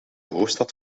hoofdstad